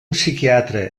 psiquiatre